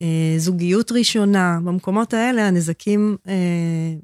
זוגיות ראשונה, במקומות האלה הנזקים...